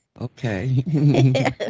Okay